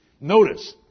Notice